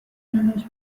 نمایش